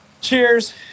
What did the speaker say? Cheers